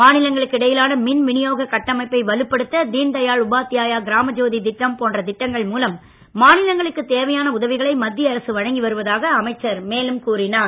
மாநிலங்களுக்கு இடையிலான மின் விநியோக கட்டமைப்பை வலுப்படுத்த தீன்தயாள் உபாத்யாயா கிராம ஜோதி திட்டம் போன்ற திட்டங்கள் மூலம் மாநிலங்களுக்குத் தேவையான உதவிகளை மத்திய அரசு வழங்கி வருவதாக அமைச்சர் மேலும் கூறினார்